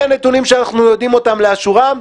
הנתונים שאנחנו יודעים אותם לאשורם,